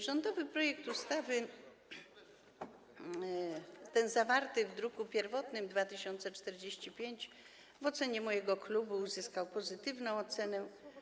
Rządowy projekt ustawy, ten zawarty w druku pierwotnym nr 2045, w ocenie mojego klubu uzyskał pozytywną ocenę.